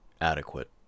adequate